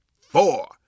four